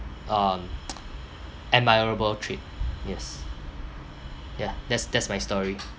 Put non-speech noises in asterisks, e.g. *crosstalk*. um *noise* admirable trait yes yeah that's that's my story